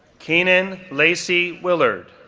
keenan lacy willard,